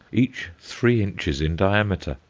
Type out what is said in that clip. each three inches in diameter.